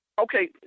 Okay